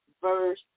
verse